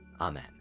Amen